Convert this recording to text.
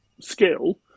skill